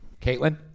caitlin